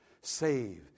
Save